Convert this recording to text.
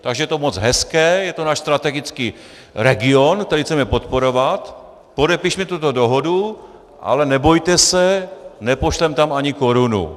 Je to moc hezké, je to náš strategický region, který chceme podporovat, podepišme tuto dohodu, ale nebojte se, nepošleme tam ani korunu.